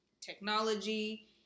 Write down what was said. technology